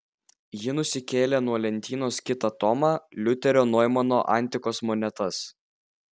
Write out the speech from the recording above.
ji nusikėlė nuo lentynos kitą tomą liuterio noimano antikos monetas